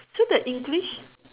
so the english